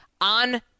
on